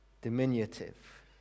diminutive